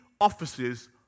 offices